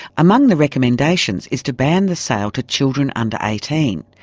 among the recommendations is to ban the sale to children under eighteen,